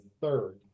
third